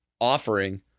offering